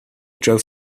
drove